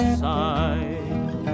side